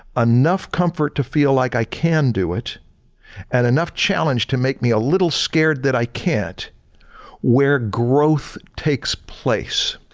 enough comfort to feel like i can do it and enough challenge to make me a little scared that i can't where growth takes place.